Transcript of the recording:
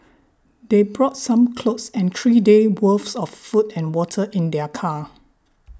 they brought some clothes and three days' worth of food and water in their car